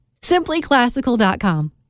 Simplyclassical.com